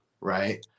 Right